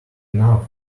enough